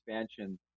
expansion